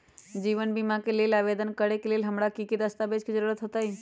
जीवन बीमा के लेल आवेदन करे लेल हमरा की की दस्तावेज के जरूरत होतई?